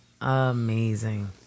amazing